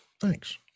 Thanks